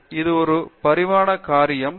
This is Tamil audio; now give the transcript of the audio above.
ஆர் சக்ரவர்த்தி இது ஒரு பரிணாமக் காரியம்